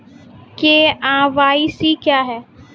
KYC क्या हैं?